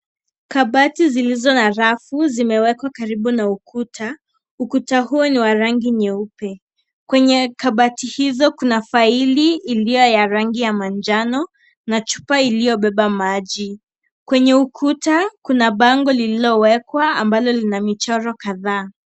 Kabati zilizo na rafu, zimewekwa karibu na ukuta. Ukuta huo, ni wa rangi nyeupe. Kwenye kabati hizo, kuna faili iliyo ya rangi ya manjano na chupa iliyo na maji. Kwenye ukuta, kuna bango lililowekwa ambalo lina michoro kadhaa.